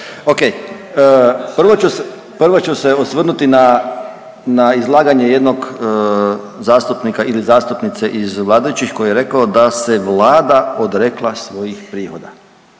se, prvo ću se osvrnuti na izlaganje jednog zastupnika ili zastupnice iz vladajućih koji je rekao da se vlada odrekla svojih prihoda.